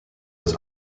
was